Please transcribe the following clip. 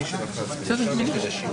פרטני לחוק וכללי לרעיון.